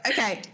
Okay